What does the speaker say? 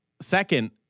Second